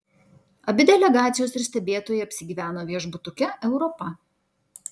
abi delegacijos ir stebėtojai apsigyveno viešbutuke europa